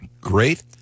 Great